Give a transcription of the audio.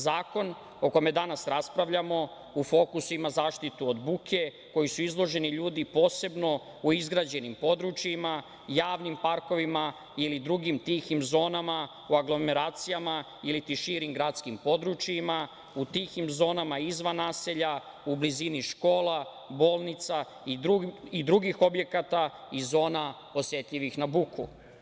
Zakon o kome danas raspravljamo u fokusu ima zaštitu od buke, kojoj su izloženi ljudi posebno u izgrađenim područjima, javnim parkovima ili drugim tihim zonama u aglomeracijama i širim gradskim područjima, u tihim zonama izvan naselja, u blizini škola, bolnica i drugih objekata i zona osetljivih na buku.